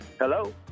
Hello